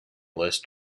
list